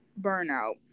burnout